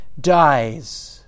dies